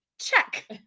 Check